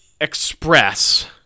Express